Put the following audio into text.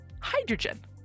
hydrogen